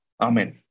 Amen